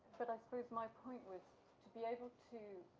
but, i suppose my point was to be able to